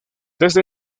desde